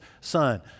son